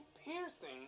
piercing